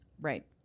Right